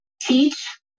teach